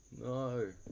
No